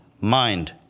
mind